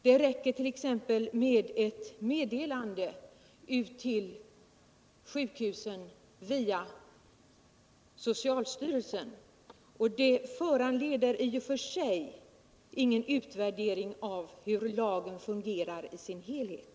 Det räcker t.ex. med ett meddelande ut till sjukhusen via socialstyrelsen, och detta föranleder ingen utvärdering av hur lagen fungerar i sin helhet.